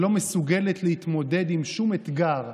שלא מסוגלת להתמודד עם שום אתגר,